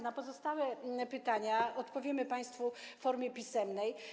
Na pozostałe pytania odpowiemy państwu w formie pisemnej.